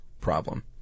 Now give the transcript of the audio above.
problem